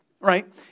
right